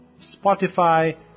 Spotify